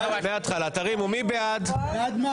מי נגד?